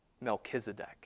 Melchizedek